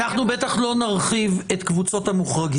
אנחנו בטח לא נרחיב את קבוצות המוחרגים.